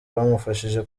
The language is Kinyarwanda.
bamufashije